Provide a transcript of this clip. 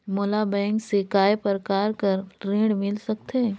मोला बैंक से काय प्रकार कर ऋण मिल सकथे?